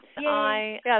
Yes